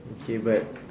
okay but